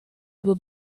will